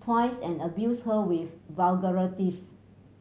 twice and abused her with vulgarities